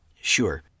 Sure